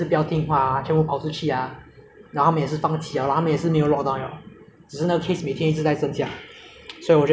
所以我觉得这样很惨 nah 尤其是美国这样大的国家吗他们是一个 like 一个 world 的 superpower country mah 你有听说过